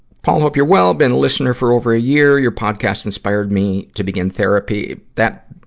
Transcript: paul, hope you're well. been a listener for over a year. your podcast inspired me to begin therapy. that,